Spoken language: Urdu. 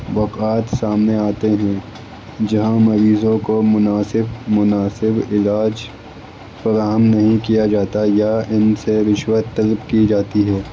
واقعات سامنے آتے ہیں جہاں مریضوں کو مناسب مناسب علاج فراہم نہیں کیا جاتا یا ان سے رشوت طلب کی جاتی ہے